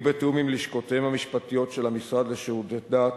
בתיאום עם לשכותיהם המשפטיות של המשרד לשירותי דת